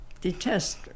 detest